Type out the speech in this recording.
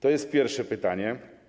To jest pierwsze pytanie.